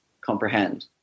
comprehend